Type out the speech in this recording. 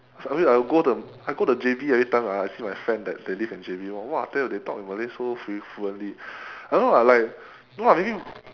I mean I'll go the I go the J_B every time I I see my friend that they live in J_B [one] !wah! I tell you they talk in malay so fluently I don't know ah like no ah maybe